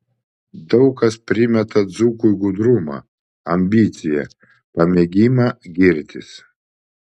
daug kas primeta dzūkui gudrumą ambiciją pamėgimą girtis